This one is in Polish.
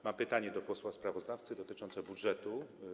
Mam pytanie do posła sprawozdawcy dotyczące budżetu.